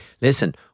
listen